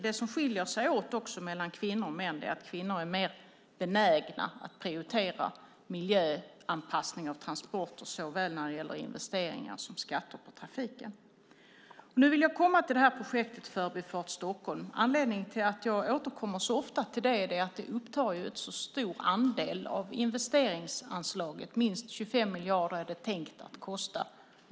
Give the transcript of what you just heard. Det som skiljer sig åt mellan kvinnor och män är att kvinnor är mer benägna att prioritera miljöanpassning av transporter, såväl när det gäller investeringar som när det gäller skatter på trafiken. Nu kommer jag till projektet Förbifart Stockholm. Anledningen till att jag återkommer så ofta till det är att det upptar en sådan stor andel av investeringsanslaget. Minst 25 miljarder är det tänkt att kosta.